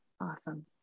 awesome